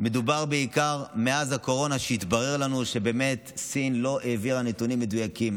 בעיקר מאז הקורונה התברר לנו שסין באמת לא העבירה נתונים מדויקים.